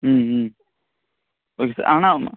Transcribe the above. ம்ம் okay sir ஆனால்